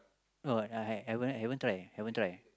no I haven't haven't try haven't try